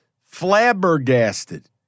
flabbergasted